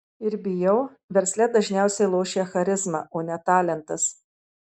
ir bijau versle dažniausiai lošia charizma o ne talentas